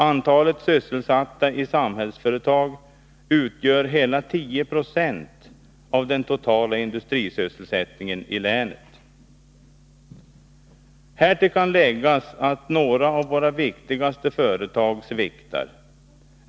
Antalet sysselsatta i Samhällsföretag utgör hela 10 90 av den totala industrisysselsättningen i länet. Härtill kan läggas att några av våra viktigaste företag sviktar.